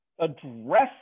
address